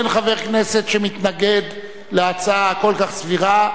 אין חבר כנסת שמתנגד להצעה הכל-כך סבירה.